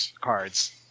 cards